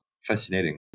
fascinating